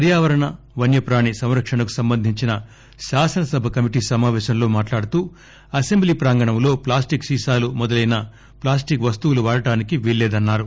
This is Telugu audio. పర్యావరణ వన్యప్రాణి సంరక్షణకు సంబంధించిన శాసనసభ కమిటీ సమావేశంలో మాట్లాడుతూ అసెంబ్లీ ప్రాంగణంలో ప్లాస్టిక్ సీసాలు మొదలైన ప్లాస్టిక్ వస్తువులు వాడడానికి వీల్లేదన్నారు